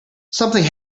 something